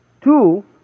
Two